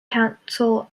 council